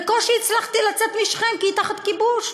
בקושי הצלחתי לצאת משכם, כי היא תחת כיבוש.